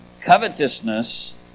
covetousness